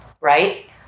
Right